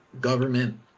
government